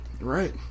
Right